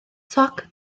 toc